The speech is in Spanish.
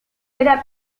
era